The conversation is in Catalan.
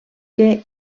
que